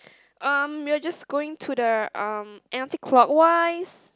um we're just going to the um anticlockwise